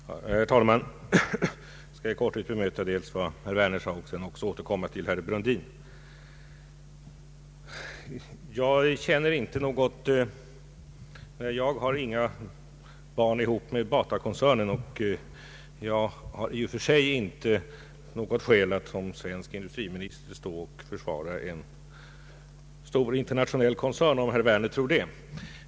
Herr talman! Jag skall i korthet bemöta vad herr Werner sade och sedan återkomma till herr Brundin. Jag har inga barn ihop med Batakoncernen, och jag har i och för sig inget skäl att som svensk industriminister stå och försvara en stor internationell koncern, om herr Werner tror det.